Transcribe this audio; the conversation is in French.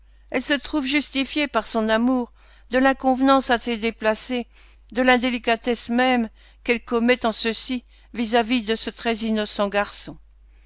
elle se trouve justifiée par son amour de l'inconvenance assez déplacée de l'indélicatesse même qu'elle commet en ceci vis-à-vis de ce très innocent garçon